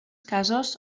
casos